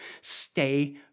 Stay